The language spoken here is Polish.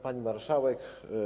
Pani Marszałek!